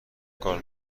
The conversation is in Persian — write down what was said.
کار